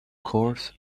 course